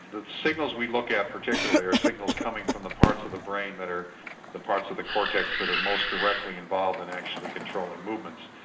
the signals we look at particularly are signals coming from the parts of the brain that are the parts of the cortex that are most directly involved in actually controlling movements.